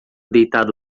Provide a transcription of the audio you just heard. deitado